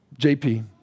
JP